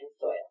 soil